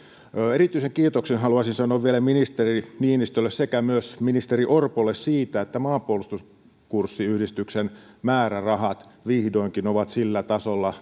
erityisen kiitoksen haluaisin sanoa vielä ministeri niinistölle sekä myös ministeri orpolle siitä että maanpuolustuskoulutusyhdistyksen määrärahat vihdoinkin ovat talousar vioesityksessä sillä tasolla